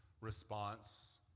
Response